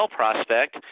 prospect